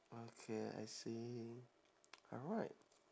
okay I see alright